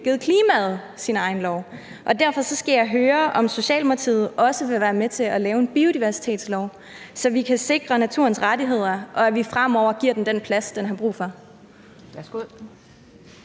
givet klimaet sin egen lov. Og derfor skal jeg høre, om Socialdemokratiet også vil være med til at lave en biodiversitetslov, så vi kan sikre naturens rettigheder og sikre, at vi fremover giver naturen den plads, den har brug for.